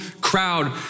crowd